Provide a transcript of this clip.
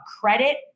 credit